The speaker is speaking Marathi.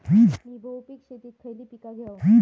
मी बहुपिक शेतीत खयली पीका घेव?